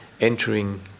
entering